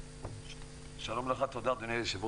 בבקשה.